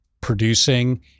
producing